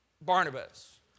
Barnabas